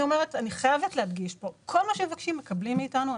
אני חייבת להדגיש: כל מה שמבקשים מקבלים מאתנו.